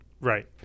Right